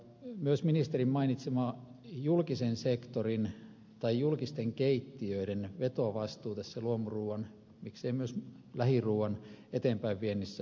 myös ministerin mainitsema julkisen sektorin tai julkisten keittiöiden vetovastuu tässä luomuruuan miksei myös lähiruuan eteenpäinviennissä on merkittävä